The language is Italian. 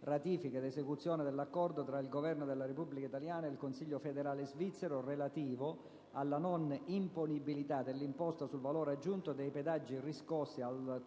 ***Ratifica ed esecuzione dell'Accordo tra il Governo della Repubblica italiana e il Consiglio federale svizzero relativo alla non imponibilità dell'imposta sul valore aggiunto dei pedaggi riscossi al